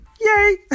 Yay